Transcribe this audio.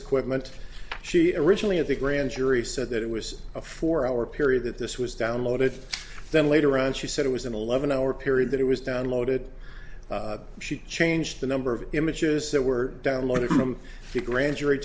equipment she a ritually of the grand jury said that it was a four hour period that this was downloaded then later on she said it was an eleven hour period that it was downloaded she changed the number of images that were downloaded from grand jury